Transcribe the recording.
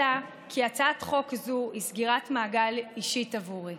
אלא כי הצעת חוק זו היא סגירת מעגל אישית עבורי.